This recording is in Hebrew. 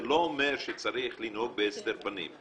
זה לא אומר שצריך לנהוג בהסתר פנים.